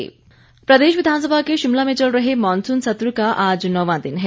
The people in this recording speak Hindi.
मॉनसून सत्र प्रदेश विधानसभा के शिमला में चल रहे मॉनसून सत्र का आज नौंवां दिन है